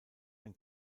ein